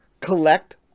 collect